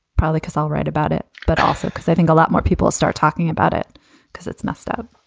probably cause i'll write about it, but also because i think a lot more people start talking about it because it's messed up